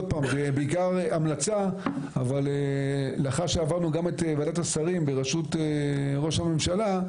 זה בעיקר המלצה אבל לאחר שעברנו גם את ועדת השרים בראשות ראש הממשלה,